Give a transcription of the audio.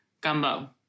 gumbo